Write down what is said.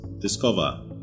discover